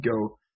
go